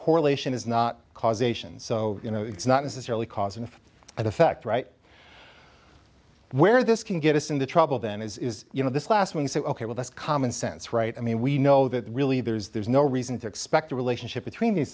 correlation is not causation so you know it's not necessarily cause and effect right where this can get us into trouble then is you know this last one is that ok with us common sense right i mean we know that really there's there's no reason to expect a relationship between these